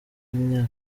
imyaka